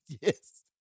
Yes